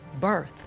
birth